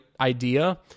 idea